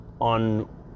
on